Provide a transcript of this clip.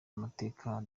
amategeko